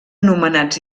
nomenats